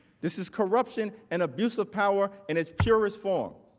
this is corruption and abuse of power in its purist form.